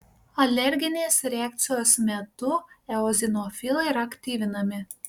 alerginės reakcijos metu eozinofilai yra aktyvinami